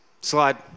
slide